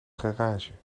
garage